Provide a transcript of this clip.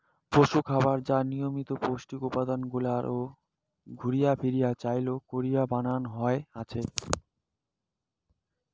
পশুখাবার যা নিয়মিত পৌষ্টিক উপাদান গুলাক ঘুরিয়া ফিরিয়া চইল করি বানান হয়া আছে